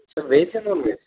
veg or non veg